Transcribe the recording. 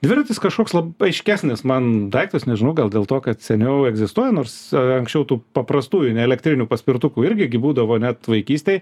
dviratis kažkoks lab aiškesnis man daiktas nežinau gal dėl to kad seniau egzistuoja nors anksčiau tų paprastųjų ne elektrinių paspirtukų irgi būdavo net vaikystėj